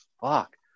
fuck